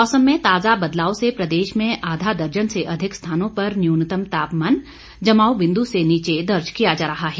मौसम में ताजा बदलाव से प्रदेश में आधा दर्जन से अधिक स्थानों पर न्यूनतम तापमान जमाव बिंदु से नीचे दर्ज किया जा रहा है